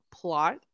plot